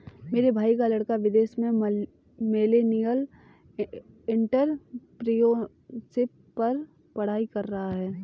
मेरे भाई का लड़का विदेश में मिलेनियल एंटरप्रेन्योरशिप पर पढ़ाई कर रहा है